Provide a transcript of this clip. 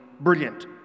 brilliant